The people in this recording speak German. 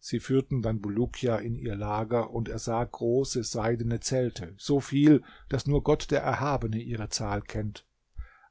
sie führten dann bulukia in ihr lager und er sah große seidene zelte so viel daß nur gott der erhabene ihre zahl kennt